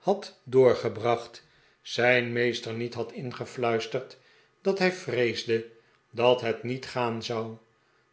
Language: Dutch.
had doorgebracht zijn meester niet had ingefluisterd dat hij vreesde dat het niet gaan zou